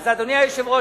אדוני היושב-ראש,